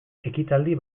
ekitaldi